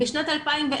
בשנת 2010,